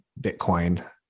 Bitcoin